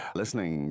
listening